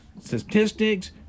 statistics